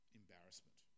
embarrassment